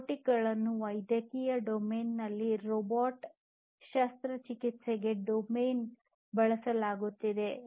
ರೋಬೋಟ್ಗಳನ್ನು ವೈದ್ಯಕೀಯ ಡೊಮೇನ್ನಲ್ಲಿ ರೋಬಾಟ್ ಶಸ್ತ್ರಚಿಕಿತ್ಸೆಗೆ ಡೊಮೇನ್ ಬಳಸಲಾಗುತ್ತದೆ